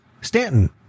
Stanton